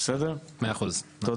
היום